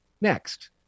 next